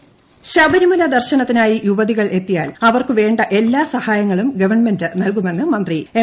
ശബരിമല ശബരിമല ദർനത്തിനായി യുവതികൾ എത്തിയാൽ അവർക്കുവേണ്ട എല്ലാ സഹായങ്ങളും ഗവൺമെന്റ് നൽകുമെന്ന് മന്ത്രി എം